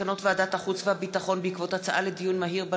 מסקנות ועדת החוץ והביטחון בעקבות דיונים מהירים